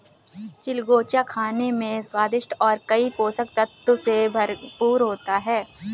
चिलगोजा खाने में स्वादिष्ट और कई पोषक तत्व से भरपूर होता है